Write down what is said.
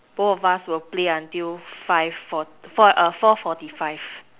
both of us will play until five four four err four forty five